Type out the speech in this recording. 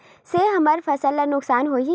से हमर फसल ला नुकसान होही?